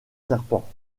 serpents